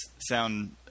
sound